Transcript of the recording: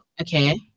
Okay